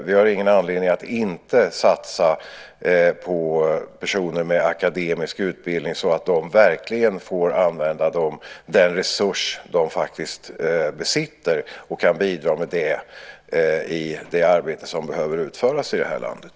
Vi har ingen anledning att inte satsa på personer med akademisk utbildning så att de verkligen får använda den resurs som de besitter och kan bidra med den i det arbete som behöver utföras i det här landet.